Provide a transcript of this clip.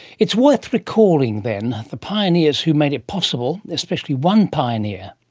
it's worth recalling then, the pioneers who made it possible, especially one pioneer.